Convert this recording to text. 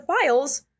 files